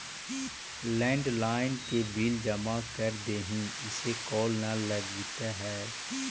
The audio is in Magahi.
लैंड्लाइन के बिल जमा कर देहीं, इसे कॉल न लगित हउ